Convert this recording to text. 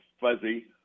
Fuzzy